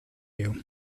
you